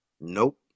Nope